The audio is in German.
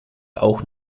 auch